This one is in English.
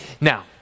Now